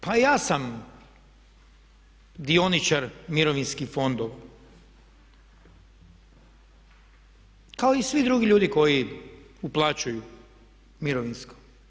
Pa ja sam dioničar mirovinskih fondova kao i svi drugi ljudi koji uplaćuju mirovinsko.